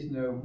no